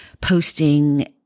posting